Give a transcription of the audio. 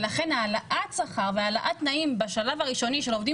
ולכן העלאת שכר והעלאת תנאים בשלב הראשוני של עובדים